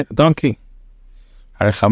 donkey